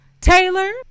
taylor